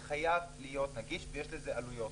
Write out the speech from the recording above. זה חייב להיות נגיש ויש לזה עלויות.